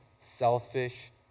selfish